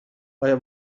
آیا